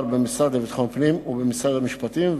במשרד לביטחון הפנים ובמשרד המשפטים,